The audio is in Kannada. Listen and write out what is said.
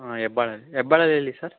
ಹಾಂ ಹೆಬ್ಬಾಳಲ್ಲಿ ಹೆಬ್ಬಾಳಲ್ಲಿ ಎಲ್ಲಿ ಸರ್